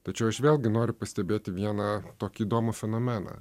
tačiau aš vėlgi noriu pastebėti vieną tokį įdomų fenomeną